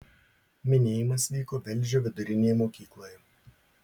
minėjimas vyko velžio vidurinėje mokykloje